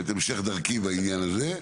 את המשך דרכי בעניין הזה.